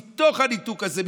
מתוך הניתוק הזה,